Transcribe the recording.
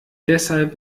deshalb